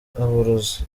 abarozi